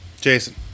Jason